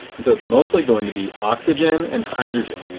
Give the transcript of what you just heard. and so it is mostly going to be oxygen and hydrogen.